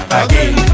again